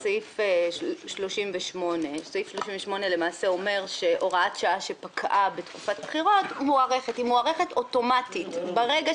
סעיף 38 אומר שהוראת שעה שפקעה בתקופת בחירות מוארכת אוטומטית ברגע